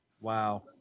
Wow